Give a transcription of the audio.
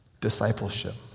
discipleship